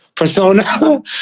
Persona